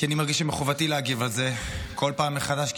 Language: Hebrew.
כי אני מרגיש שמחובתי להגיב על זה כל פעם מחדש,